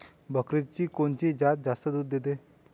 बकरीची कोनची जात जास्त दूध देते?